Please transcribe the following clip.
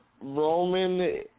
Roman